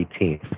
18th